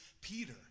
Peter